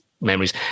memories